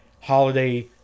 holiday